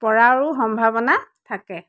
পৰাৰো সম্ভাৱনা থাকে